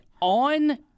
on